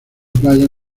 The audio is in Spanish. playa